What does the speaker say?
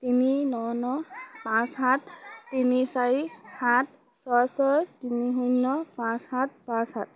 তিনি ন ন পাঁচ সাত তিনি চাৰি সাত ছয় ছয় তিনি শূন্য পাঁচ সাত পাঁচ সাত